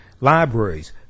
libraries